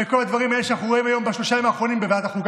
וכל הדברים האלה שאנחנו רואים בשלושת הימים האחרונים בוועדת החוקה,